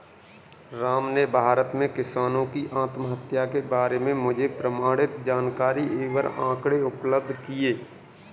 राम ने भारत में किसानों की आत्महत्या के बारे में मुझे प्रमाणित जानकारी एवं आंकड़े उपलब्ध किये